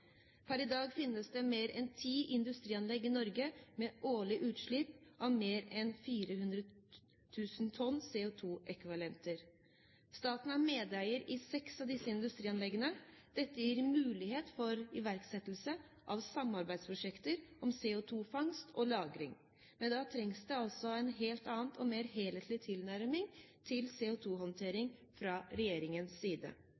Per i dag finnes det mer enn ti industrianlegg i Norge med årlig utslipp av mer enn 400 000 tonn CO2-ekvivalenter. Staten er medeier i seks av disse industrianleggene. Dette gir en mulighet for iverksettelse av samarbeidsprosjekter om CO2-fangst og CO2-lagring. Men da trengs det altså en helt annen og mer helhetlig tilnærming til CO2-håndtering fra regjeringens side.